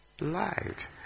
Light